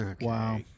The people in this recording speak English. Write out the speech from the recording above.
Wow